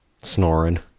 snoring